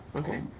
okay.